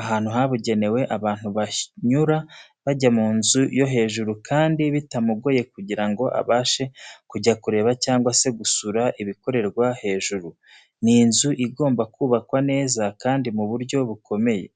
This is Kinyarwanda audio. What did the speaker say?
ahantu habugenewe abantu banyura bajya mu nzu yo hejuru kandi bitamugoye kugira ngo abashe kujya kureba cyangwa se gusura ibikorerwa hejuru, ni inzu igomba kubakwa neza kandi mu buryo bukomeye.